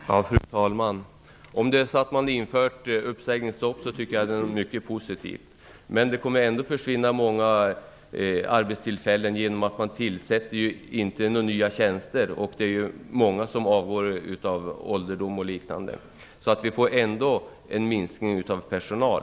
Fru talman! Om det är så att man har infört uppsägningsstopp är det mycket positivt, men det kommer ändå att försvinna många arbetstillfällen genom att man inte tillsätter nya tjänster. Det är många som avgår av åldersskäl och liknande. Det blir ändå en minskning av personal.